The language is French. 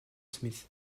smith